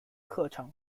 课程